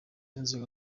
inzego